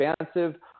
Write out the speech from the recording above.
expansive